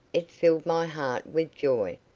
it filled my heart with joy,